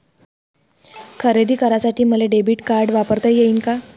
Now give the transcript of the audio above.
खरेदी करासाठी मले डेबिट कार्ड वापरता येईन का?